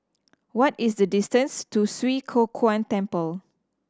what is the distance to Swee Kow Kuan Temple